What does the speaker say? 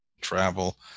Travel